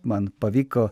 man pavyko